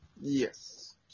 Yes